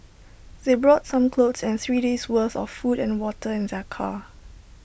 they brought some clothes and three days' worth of food and water in their car